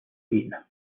wayne